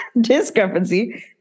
discrepancy